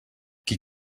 qui